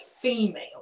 female